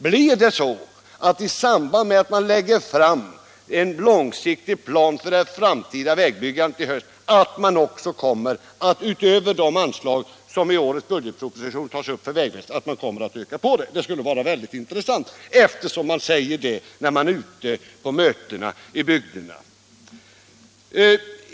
Blir det så att man, i samband med att det i höst läggs fram en långsiktig plan för det framtida vägbyggandet, också kommer att öka de anslag som i årets budgetproposition tas upp för vägväsendet? Det skulle vara väldigt intressant att få bekräftat det som man säger på mötena ute i bygderna.